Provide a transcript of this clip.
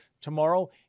tomorrow